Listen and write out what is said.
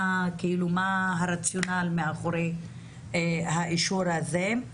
מה הרציונל מאחורי האישור הזה.